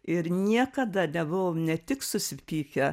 ir niekada nebuvom ne tik susipykę